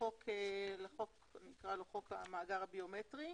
לחוק המאגר הביומטרי: